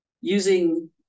using